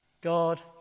God